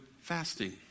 fasting